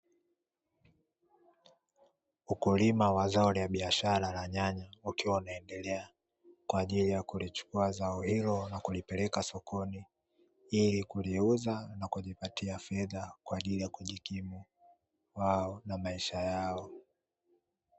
Wakulima wa zao la biashara la nyanya, wakiwa wanaendelea kwa ajili ya kulichukua zao hilo na kulipeka sokoni ili kuuza na kujipatia fedha kwa ajili ya kujikimu wao na maisha yao.